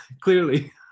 clearly